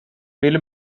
ville